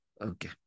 Okay